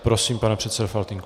Prosím pana předsedu Faltýnka.